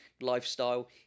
lifestyle